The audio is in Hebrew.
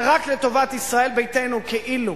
זה רק לטובת ישראל ביתנו, כאילו,